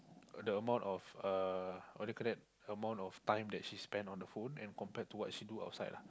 the amount of uh what do you call that the amount of time that she spend on the phone and compared to what she do outside lah